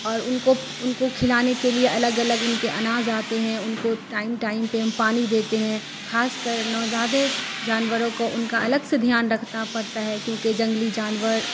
اور ان کو ان کو کھلانے کے لیے الگ الگ ان کے اناز آتے ہیں ان کو ٹائم ٹائم پہ ہم پانی دیتے ہیں خاص کر نوزائدہ جانوروں کو ان کا الگ سے دھیان رکھنا پڑتا ہے کیونکہ جنگلی جانور